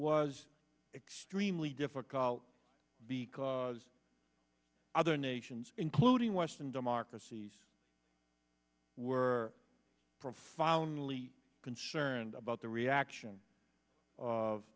was extremely difficult because other nations including western democracies were profoundly concerned about the reaction of